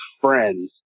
friends